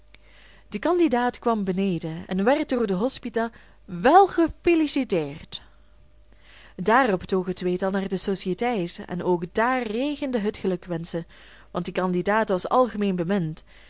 de candidaat kwam beneden en werd door de hospita wel gefiliciteerd daarop toog het tweetal naar de sociëteit en ook daar regende het gelukwenschen want de candidaat was algemeen bemind